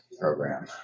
program